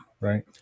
right